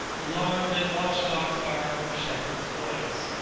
alarmed at watch-dog's bark or shepherd's voice,